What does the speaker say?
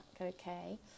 okay